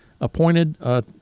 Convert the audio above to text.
appointed